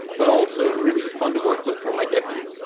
but also really fun to work with from my dev team.